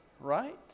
right